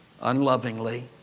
unlovingly